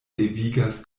devigas